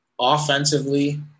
offensively